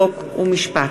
חוק ומשפט.